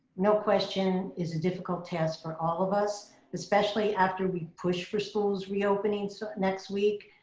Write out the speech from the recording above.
no question is a difficult task for all of us, especially after we pushed for schools reopening so next week.